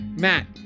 Matt